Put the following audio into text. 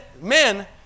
men